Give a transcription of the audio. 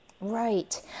Right